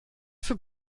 für